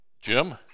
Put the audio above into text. Jim